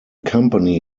company